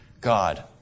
God